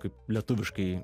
kaip lietuviškai